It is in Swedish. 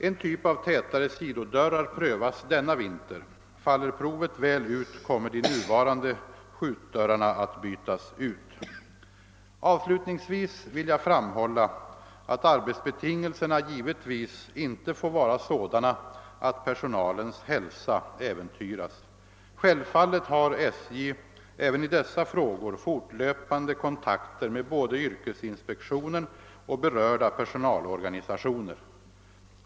En typ av tätare sidodörrar provas denna vinter. Faller provet väl ut kommer de nuvarande skjutdörrarna att bytas ut. | Avslutningsvis vill jag framhålla att arbetsbetingelserna givetvis inte får vara sådana att personalens hälsa äventyras. Självfallet har SJ även i dessa frågor fortlöpande kontakter med både yrkesinspektionen och berörda personalorganisationer.